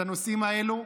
את הנושאים האלה.